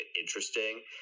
interesting